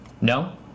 No